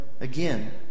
again